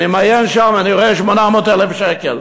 אני מעיין שם ואני רואה: 800,000 שקל.